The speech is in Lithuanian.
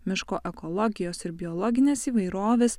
miško ekologijos ir biologinės įvairovės